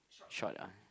short ah